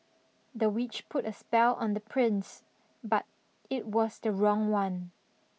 the witch put a spell on the prince but it was the wrong one